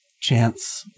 chance